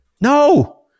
No